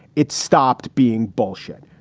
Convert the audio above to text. it stopped being bullshit,